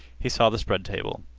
he saw the spread table.